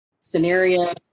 scenario